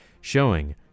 showing